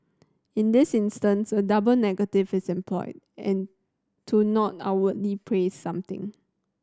in this instance a double negative is employed and to not outwardly praise something